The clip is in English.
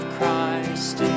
Christ